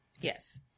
Yes